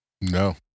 No